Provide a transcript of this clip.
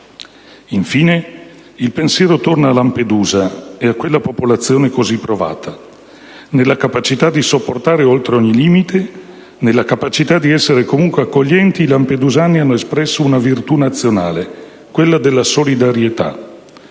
Infine, il pensiero torna a Lampedusa ed a quella popolazione così provata. Nella capacità di sopportare oltre ogni limite, nella capacità di essere comunque accoglienti, i lampedusani hanno espresso una virtù nazionale, quella della solidarietà.